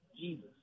Jesus